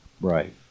Right